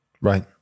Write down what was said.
Right